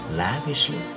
lavishly